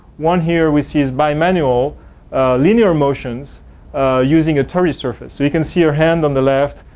one here we see is bi-manual linear motions using a two d surface. we can see your hand on the left,